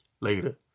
later